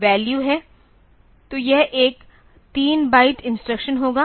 तो यह एक 3 बाइट इंस्ट्रक्शन होगा